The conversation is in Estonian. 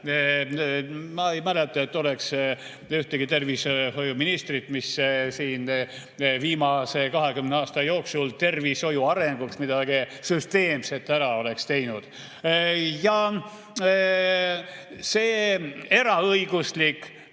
Ma ei mäleta, et oleks ühtegi tervishoiuministrit, kes siin viimase 20 aasta jooksul tervishoiu arenguks midagi süsteemset ära oleks teinud. Ja see eraõiguslik